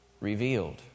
revealed